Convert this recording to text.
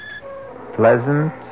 pleasant